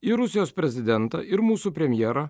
ir rusijos prezidentą ir mūsų premjerą